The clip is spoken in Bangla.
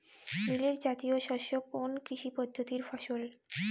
মিলেট জাতীয় শস্য কোন কৃষি পদ্ধতির ফসল?